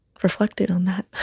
reflecting on that